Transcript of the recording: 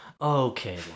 Okay